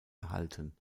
erhalten